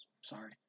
Sorry